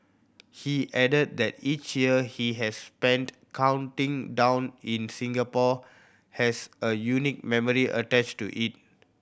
he added that each year he has spent counting down in Singapore has a unique memory attached to it